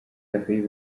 yves